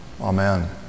Amen